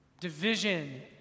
division